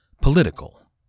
political